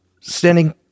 standing